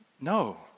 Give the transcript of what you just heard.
No